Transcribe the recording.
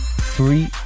three